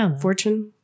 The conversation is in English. Fortune